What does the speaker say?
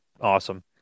awesome